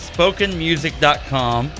Spokenmusic.com